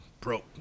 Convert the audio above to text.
Broke